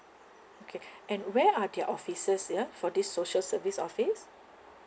okay and where are their offices ya for this social service office